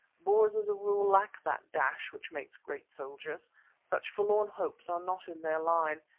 boers as a rule lack that dash which makes great soldiers such forlorn hopes are not in their line,